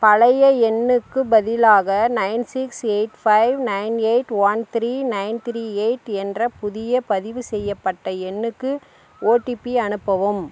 பழைய எண்ணுக்கு பதிலாக nine six eight five nine eight one three nine three eight என்ற புதிய பதிவுசெய்யப்பட்ட எண்ணுக்கு ஒடிபி அனுப்பவும்